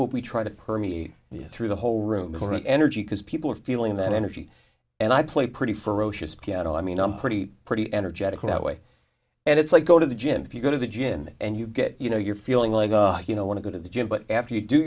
what we try to permeate and through the whole room is an energy because people are feeling that energy and i play pretty ferocious piano i mean i'm pretty pretty energetic that way and it's like go to the gym if you go to the gin and you get you know you're feeling like you know want to go to the gym but after you do